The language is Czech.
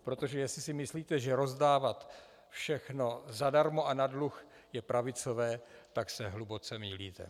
Protože jestli si myslíte, že rozdávat všechno zadarmo a na dluh je pravicové, tak se hluboce mýlíte.